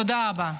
תודה רבה.